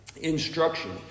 instruction